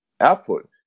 output